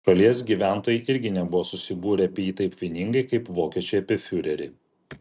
šalies gyventojai irgi nebuvo susibūrę apie jį taip vieningai kaip vokiečiai apie fiurerį